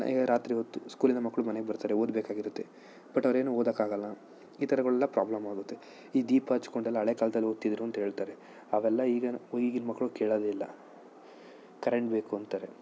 ರಾತ್ರಿ ಹೊತ್ತು ಸ್ಕೂಲಿಂದ ಮಕ್ಳು ಮನೆಗೆ ಬರ್ತಾರೆ ಓದಬೇಕಾಗಿರುತ್ತೆ ಬಟ್ ಅವ್ರೇನೂ ಓದೋಕ್ಕಾಗೋಲ್ಲ ಈ ಥರಗಳೆಲ್ಲ ಪ್ರಾಬ್ಲಮ್ ಆಗುತ್ತೆ ಈ ದೀಪ ಹಚ್ಕೊಂಡೆಲ್ಲ ಹಳೇ ಕಾಲ್ದಲ್ಲಿ ಓದ್ತಿದ್ರು ಅಂತ ಹೇಳ್ತಾರೆ ಅವೆಲ್ಲ ಈಗ ಈಗಿನ ಮಕ್ಳು ಕೇಳೋದೇ ಇಲ್ಲ ಕರೆಂಟ್ ಬೇಕು ಅಂತಾರೆ